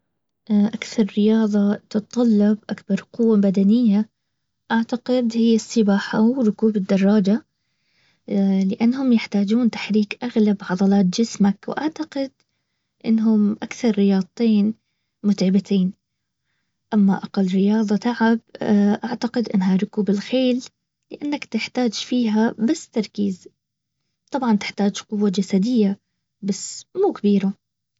اكثر رياضة تتطلب اكبر قوة بدنية. اعتقد هي السباحة وركوب الدراجة لانهم يحتاجون تحريك اغلب عضلات جسمك واعتقد انهم اكثر رياضتين متعبتين اما اقل رياضة تعب اعتقد انها ركوب الخيل لانك تحتاج فيها بس تركيز طبعا تحتاج قوه جسديه بس مو كبيره